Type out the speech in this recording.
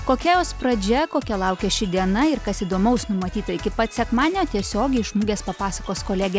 kokia jos pradžia kokia laukia ši diena ir kas įdomaus numatyta iki pat sekmadienio tiesiogiai iš mugės papasakos kolegė